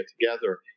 together